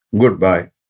goodbye